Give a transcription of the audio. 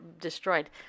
destroyed